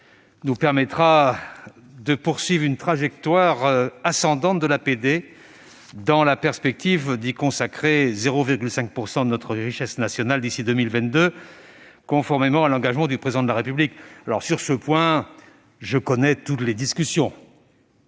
nous permettra de poursuivre une trajectoire ascendante de l'APD, dans la perspective d'y consacrer 0,5 % de notre richesse nationale d'ici à 2022, conformément à l'engagement pris par le Président de la République. Sur ce point, je connais toutes les discussions